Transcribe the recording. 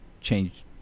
change